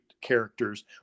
characters